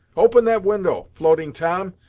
open that window, floating tom,